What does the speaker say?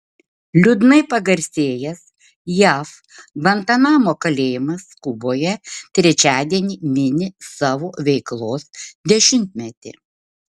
liūdnai pagarsėjęs jav gvantanamo kalėjimas kuboje trečiadienį mini savo veiklos dešimtmetį